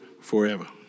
forever